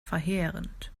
verheerend